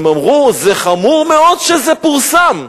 הם אמרו: זה חמור מאוד שזה פורסם.